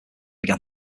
begin